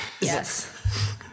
Yes